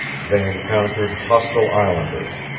they encountered hostile islanders.